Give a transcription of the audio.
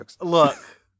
Look